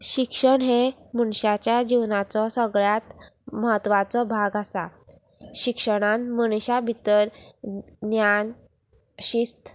शिक्षण हें मनशाच्या जिवनाचो सगळ्यांत म्हत्वाचो भाग आसा शिक्षणान मनशा भितर ज्ञान शिस्त